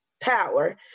power